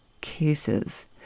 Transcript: cases